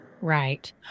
Right